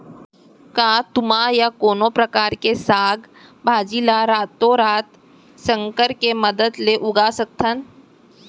का तुमा या कोनो परकार के साग भाजी ला रातोरात संकर के मदद ले उगा सकथन?